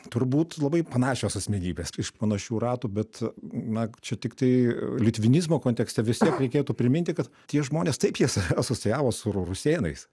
turbūt labai panašios asmenybės iš panašių ratų bet na čia tiktai litvinizmo kontekste vis tiek reikėtų priminti kad tie žmonės taip jie save asocijavo su rusėnais